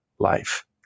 life